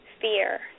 Fear